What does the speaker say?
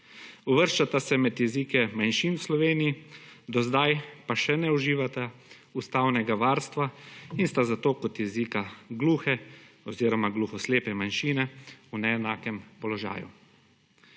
Uvrščata se med jezike manjšin v Sloveniji, do zdaj pa še ne uživata ustavnega varstva in sta zato kot jezika gluhe oziroma gluhoslepe manjšine v neenakem položaju.